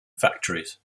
factories